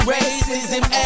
Racism